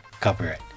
Copyright